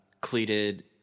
cleated